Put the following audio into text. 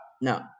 no